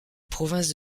province